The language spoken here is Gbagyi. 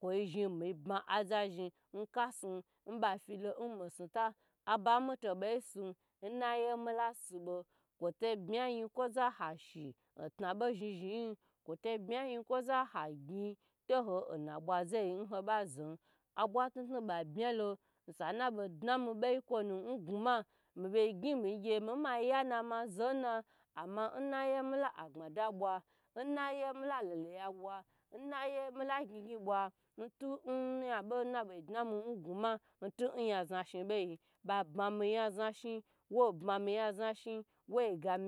Koi zhni mi bma aza zhni n kasnu n be filo n mi snuta aba mi toboi su n nai ye mi lasubo koto bmi nyikoza wa shi knabo zhni zhniyi koto bmi nyikoza hagye to hona bwazai n bazom osa na bagnami bayi n gwuma n begye mi gye mayana mazona ama n naye mi la abmada bwa n naye mila leleya bwa n naye mela gnigni bwa n tu n nyabo nabo dnami n gwuma n tu inya znahi bo ba bmami nyazna zhin wo bmami nya znazhin n